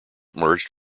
merged